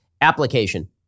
application